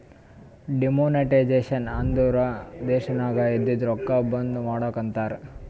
demonetisation ಅಂದುರ್ ದೇಶನಾಗ್ ಇದ್ದಿದು ರೊಕ್ಕಾ ಬಂದ್ ಮಾಡದ್ದುಕ್ ಅಂತಾರ್